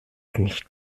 nicht